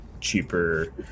cheaper